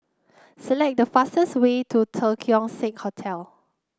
select the fastest way to Keong Saik Hotel